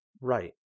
Right